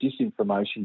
disinformation